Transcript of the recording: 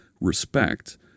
respect